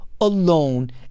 alone